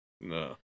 No